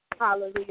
hallelujah